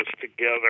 together